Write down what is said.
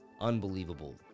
Unbelievable